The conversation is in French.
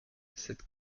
cette